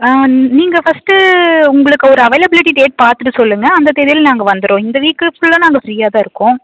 ஆ நீங்கள் ஃபஸ்ட்டு உங்களுக்கு ஒரு அவைலபிளிட்டி டேட் பார்த்துட்டு சொல்லுங்கள் அந்த தேதியில் நாங்கள் வந்துடுறோம் இந்த வீக்கு ஃபுல்லாக நாங்கள் ஃப்ரீயாகதான் இருக்கோம்